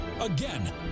Again